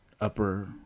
upper